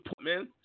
man